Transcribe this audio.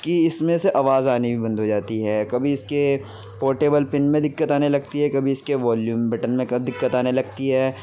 کہ اس میں سے آواز آنی بھی بند ہو جاتی ہے کبھی اس کے پورٹیبل پن میں دقت آنے لگتی ہے کبھی اس کے ویلوم بٹن میں قد دقت آنے لگتی ہے